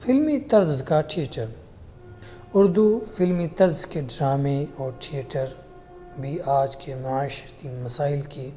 فلمی طرز کا تھیٹر اردو فلمی طرز کے ڈرامے اور تھیٹر بھی آج کے معاشرتی مسائل کی